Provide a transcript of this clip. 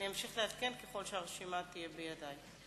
אני אמשיך לעדכן, ככל שהרשימה תהיה בידי.